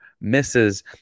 misses